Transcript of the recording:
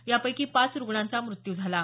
यापैकी पाच रूग्णांचा मृत्यू झाला आहे